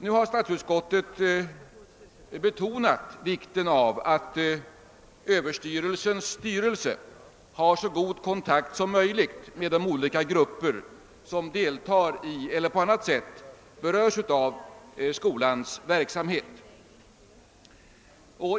Statsutskottet har betonat vikten av att skolöverstyrelsens styrelse håller så god kontakt som möjligt med de olika grupper som deltar i eller på annat sätt berörs av skolans verksamhet.